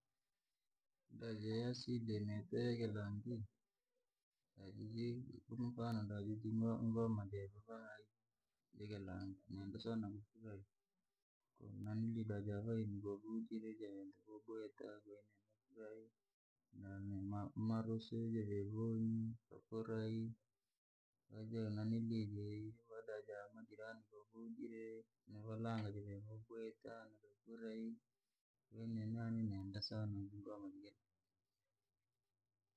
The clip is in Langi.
Dayesi denigede dandi, umubana ndavitumila ingoma ndevubai, lege langunendesha na mkule, konanili dajavai mgogutile javentakiwa gogwetagwena nkafurahi, na marosevye legoni kafurahi. Waja nanili jeyiwada ja majilani vakujile, muvalanga kimemugweta nigafurahi, weninanyanda sana ngonge.